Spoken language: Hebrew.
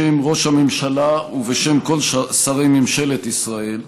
בשם ראש הממשלה ובשם כל שרי ממשלת ישראל,